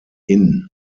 inn